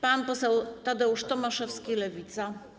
Pan poseł Tadeusz Tomaszewski, Lewica.